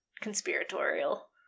conspiratorial